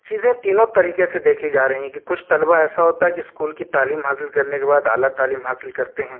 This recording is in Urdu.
چیزیں تینوں طریقے سے دیکھی جا رہی ہیں کہ کچھ طلباء ایسا ہوتا ہے کہ اسکول کی تعلیم حاصل کرنے کے بعد اعلیٰ تعلیم حاصل کرتے ہیں